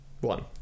One